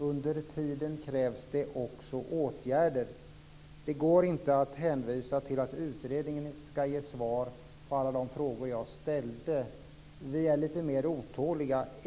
Under tiden krävs också åtgärder. Det går inte att hänvisa till att utredningen skall ge svar på alla frågor som jag ställde. Vi är lite otåliga.